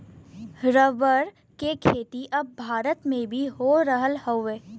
rubber के खेती अब भारत में भी हो रहल हउवे